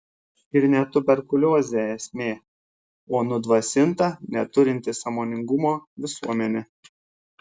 ir ne tuberkuliozė esmė o nudvasinta neturinti sąmoningumo visuomenė